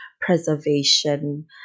preservation